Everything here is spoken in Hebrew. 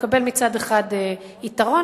מצד אחד הוא מקבל יתרון,